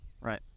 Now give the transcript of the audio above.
right